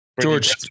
George